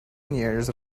years